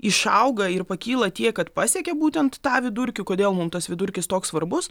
išauga ir pakyla tiek kad pasiekia būtent tą vidurkį kodėl mum tas vidurkis toks svarbus